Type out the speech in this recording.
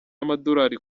amadorali